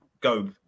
go